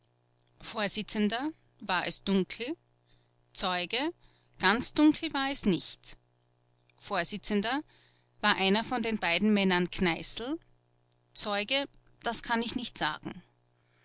vors war es dunkel zeuge ganz dunkel war es nicht vors war einer von den beiden männern kneißl zeuge das kann ich nicht sagen